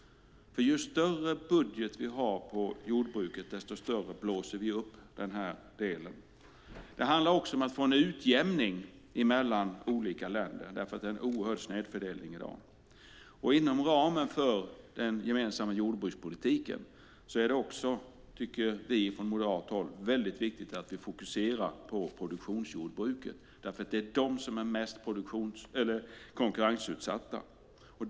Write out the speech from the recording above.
Ju större budget vi har för jordbruket, desto större blåser vi upp den här delen. Det handlar också om att få en utjämning mellan olika länder, för i dag är det en oerhörd snedfördelning. Inom ramen för den gemensamma jordbrukspolitiken är det också, tycker vi från moderat håll, väldigt viktigt att vi fokuserar på produktionsjordbruket, eftersom de är mest konkurrensutsatta.